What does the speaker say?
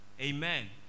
Amen